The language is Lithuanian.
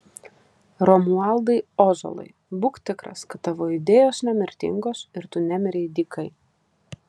romualdai ozolai būk tikras kad tavo idėjos nemirtingos ir tu nemirei dykai